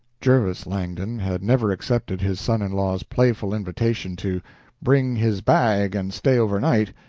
jervis langdon had never accepted his son-in-law's playful invitation to bring his bag and stay overnight,